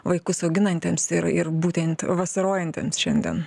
vaikus auginantiems ir ir būtent vasarojantiems šiandien